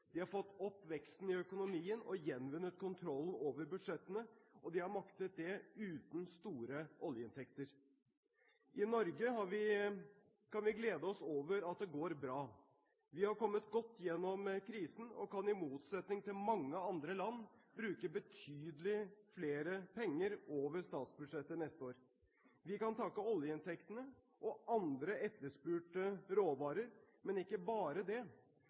De har fått opp veksten i økonomien og gjenvunnet kontrollen over budsjettene, og de har maktet det uten store oljeinntekter. I Norge kan vi glede oss over at det går bra. Vi har kommet godt gjennom krisen og kan i motsetning til mange andre land bruke betydelig flere penger over statsbudsjettet neste år. Vi kan takke oljeinntektene og andre etterspurte råvarer, men ikke bare det: